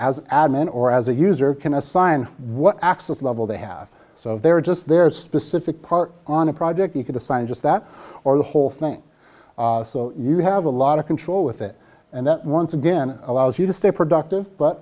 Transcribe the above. an admin or as a user can assign what access level they have so they're just their specific part on a project you could assign just that or the whole thing so you have a lot of control with it and that once again allows you to stay productive but